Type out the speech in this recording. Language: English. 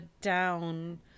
down